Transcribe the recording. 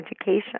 education